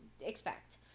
expect